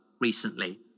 recently